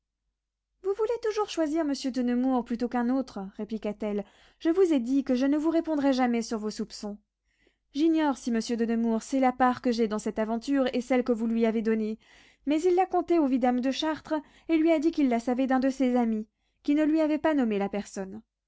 vous voulez toujours choisir monsieur de nemours plutôt qu'un autre répliqua-t-elle je vous ai dit que je ne vous répondrai jamais sur vos soupçons j'ignore si monsieur de nemours sait la part que j'ai dans cette aventure et celle que vous lui avez donnée mais il l'a contée au vidame de chartres et lui a dit qu'il la savait d'un de ses amis qui ne lui avait pas nommé la personne